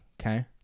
Okay